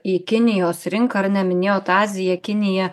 į kinijos rinką ar ne minėjot aziją kiniją